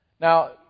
Now